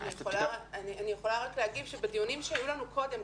אני יכולה רק להגיב שבדיונים שהיו לנו קודם,